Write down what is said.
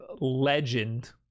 legend